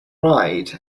ride